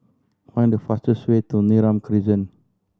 find the fastest way to Neram Crescent